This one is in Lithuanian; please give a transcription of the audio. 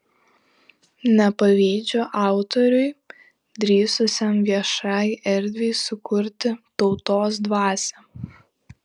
nepavydžiu autoriui drįsusiam viešai erdvei sukurti tautos dvasią